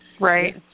Right